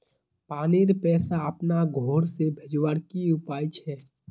पानीर पैसा अपना घोर से भेजवार की उपाय छे?